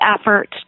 effort